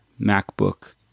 MacBook